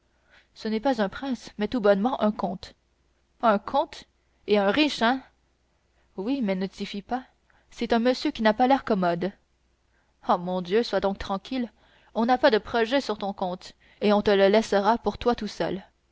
ce n'est pas un prince mais tout bonnement un comte un comte et un riche hein oui mais ne t'y fie pas c'est un monsieur qui n'a pas l'air commode oh mon dieu sois donc tranquille on n'a pas de projets sur ton comte et on te le laissera pour toi tout seul